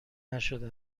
نشده